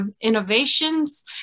innovations